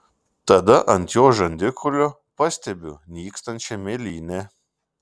tada ant jo žandikaulio pastebiu nykstančią mėlynę